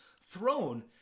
throne